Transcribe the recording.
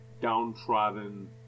downtrodden